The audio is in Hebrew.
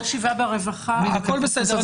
יעשו ישיבה ברווחה הכול בסדר.